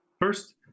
First